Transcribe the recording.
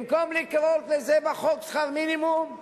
במקום לקרוא לזה בחוק "שכר מינימום",